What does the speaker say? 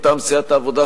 מטעם סיעת העבודה,